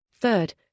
Third